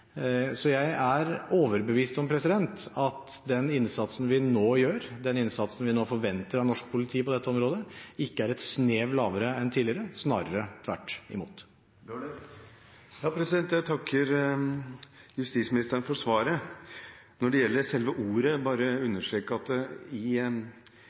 Så jeg er overbevist om at den innsatsen vi nå gjør, den innsatsen vi nå forventer av norsk politi på dette området, ikke er et snev lavere enn tidligere – snarere tvert imot. Jeg takker justisministeren for svaret. Når det gjelder selve ordet, vil jeg understreke at senest i